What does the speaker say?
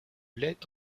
lait